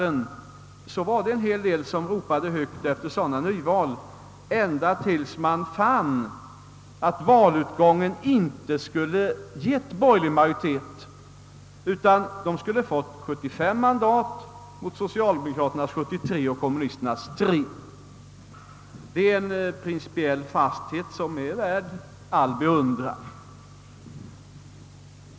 En hel del personer ropade högt efter nyval till första kammaren, ända tills man fann att valutgången inte skulle ha givit borgerlig majoritet, utan de borgerliga partierna skulle ha fått 75 mandat mot 73 för socialdemokraterna och 3 för kommunisterna. Detta är en principiell fasthet som är värd all beundran!